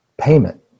payment